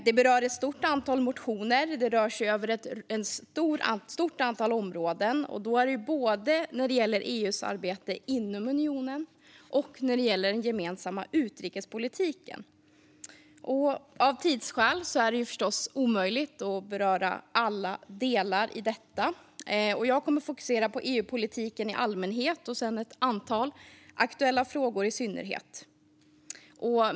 De berör ett stort antal motioner och rör sig över ett stort antal områden, både när det gäller EU:s arbete inom unionen och när det gäller den gemensamma utrikespolitiken. Det är av tidsskäl förstås omöjligt att beröra alla delar i detta. Jag kommer att fokusera på EU-politiken i allmänhet och ett antal aktuella frågor i synnerhet.